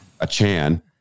Achan